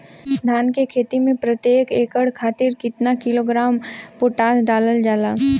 धान क खेती में प्रत्येक एकड़ खातिर कितना किलोग्राम पोटाश डालल जाला?